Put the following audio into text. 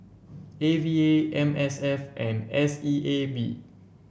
A V A M S F and S E A B